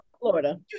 Florida